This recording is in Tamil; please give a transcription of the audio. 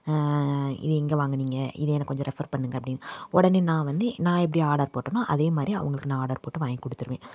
இது எங்கே வாங்கினீங்க இது எனக்கு கொஞ்சம் ரெஃபர் பண்ணுங்க அப்படினு உடனே நான் வந்து நான் எப்படி ஆடர் போட்டேனோ அதே மாதிரி அவங்களுக்கு நான் ஆடர் போட்டு வாங்கி கொடுத்துடுவேன்